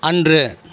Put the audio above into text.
அன்று